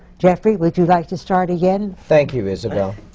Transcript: jeffrey, would you like to start again? thank you, isabelle.